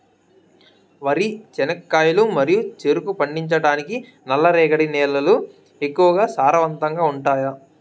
వరి, చెనక్కాయలు మరియు చెరుకు పండించటానికి నల్లరేగడి నేలలు ఎక్కువగా సారవంతంగా ఉంటాయా?